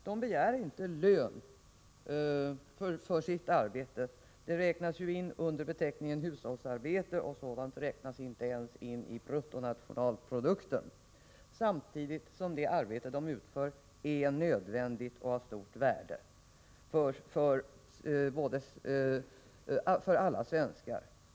De begär inte lön för sitt arbete — det räknas ju in under begreppet hushållsarbete, och sådant räknas inte ens in i bruttonationalprodukten — samtidigt som det arbete som de utför är nödvändigt och av stort värde för alla svenskar.